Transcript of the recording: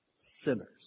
sinners